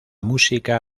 música